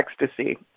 ecstasy